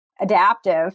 adaptive